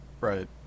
Right